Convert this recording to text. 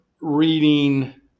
reading